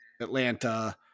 Atlanta